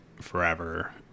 forever